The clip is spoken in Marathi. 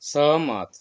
सहमत